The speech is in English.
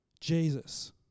Jesus